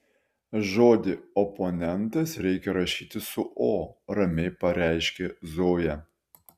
žodį oponentas reikia rašyti su o ramiai pareiškė zoja